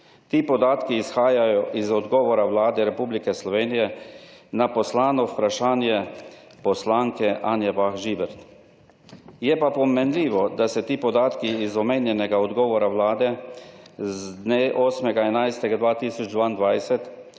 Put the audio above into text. Ti podatki izhajajo iz odgovora Vlade Republike Slovenije na poslano vprašanje poslanke Anje Bah Žibert. Je pa pomenljivo, da se ti podatki iz omenjenega odgovora Vlade z dne 8. 11. 2022,